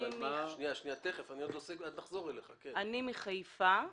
אני מחיפה.